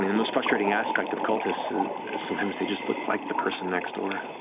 most frustrating aspect of cultists is sometimes they just look like the person next door.